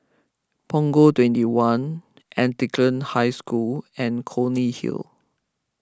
Punggol twenty one Anglican High School and Clunny Hill